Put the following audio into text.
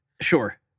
Sure